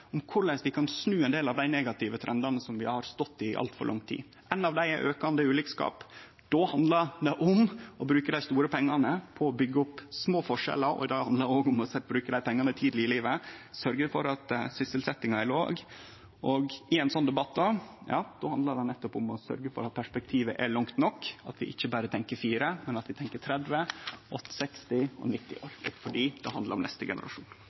om korleis vi kan snu ein del av dei negative trendane som vi har stått i i altfor lang tid. Ein av dei er aukande ulikskap. Då handlar det om å bruke dei store pengane på å byggje opp små forskjellar. Det handlar òg om å bruke dei pengane tidleg i livet og å sørgje for at sysselsetjinga er høg. Og det handlar – i en sånn debatt – nettopp om å sørgje for at perspektivet er langt nok, at vi ikkje berre tenkjer fire år, men at vi tenkjer 30, 60 og 90 år fram i tid. Det handlar om neste generasjon.